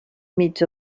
mig